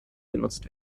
genutzt